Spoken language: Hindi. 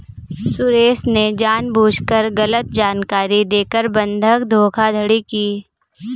सुरेश ने जानबूझकर गलत जानकारी देकर बंधक धोखाधड़ी की